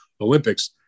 Olympics